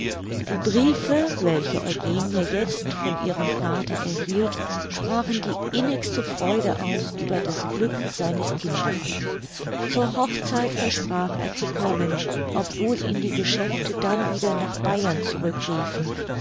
die briefe welche eugenie jetzt von ihrem vater erhielt sprachen die innigste freude aus über das glück seines kindes zur hochzeit versprach er zu kommen obwohl ihn die geschäfte dann wieder nach bayern zurück riefen